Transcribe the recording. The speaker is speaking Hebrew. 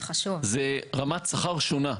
זה רמת שכר שונה.